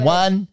one